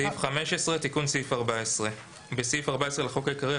מקריא: תיקון סעיף 14 15. בסעיף 14 לחוק העיקרי,